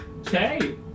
Okay